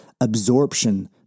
absorption